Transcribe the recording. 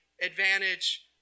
advantage